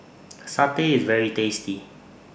Satay IS very tasty